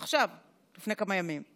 עכשיו, לפני כמה ימים: